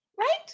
right